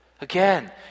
Again